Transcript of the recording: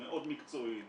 מאוד מקצועית,